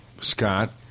Scott